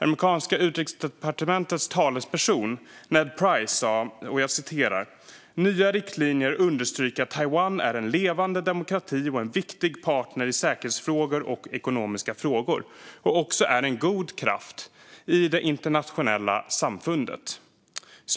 Amerikanska utrikesdepartementets talesperson Ned Price sa att de nya "riktlinjerna understryker att Taiwan är en levande demokrati och en viktig partner i säkerhetsfrågor och ekonomiska frågor, och också är en god kraft i det internationella samfundet".